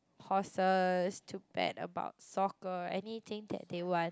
horses to bet about soccer anything that they want